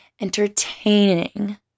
entertaining